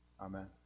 Amen